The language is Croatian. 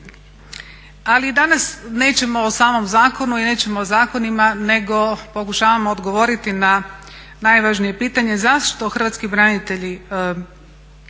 Ali i danas nećemo o samom zakonu i nećemo o zakonima nego pokušavamo odgovoriti na najvažnije pitanje, zašto hrvatski branitelji